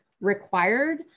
required